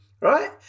right